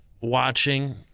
watching